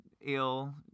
ill